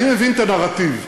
אני מבין את הנרטיב,